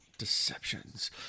deceptions